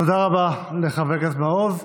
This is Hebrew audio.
תודה רבה לחבר הכנסת מעוז.